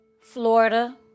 Florida